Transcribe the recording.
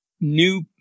new